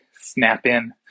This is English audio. snap-in